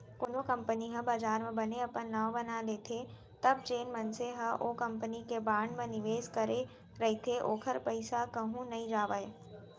कोनो कंपनी ह बजार म बने अपन नांव बना लेथे तब जेन मनसे ह ओ कंपनी के बांड म निवेस करे रहिथे ओखर पइसा कहूँ नइ जावय